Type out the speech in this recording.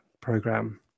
program